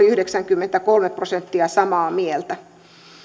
yhdeksänkymmentäkolme prosenttia oli samaa mieltä